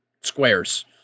squares